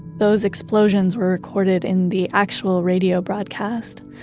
those explosions were recorded in the actual radio broadcast.